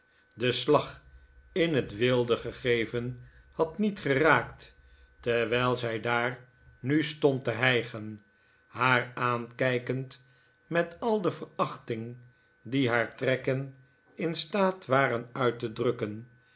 de slag in het wilde gegeven had niet geraakt terwijl zij daar nu stond te hij gen haar aankijkend met al de verachting die haar trekken in staat waren uit te drukken